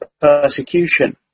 persecution